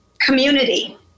community